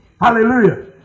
Hallelujah